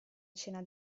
cena